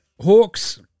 Hawks